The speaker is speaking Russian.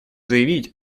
заявить